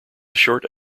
short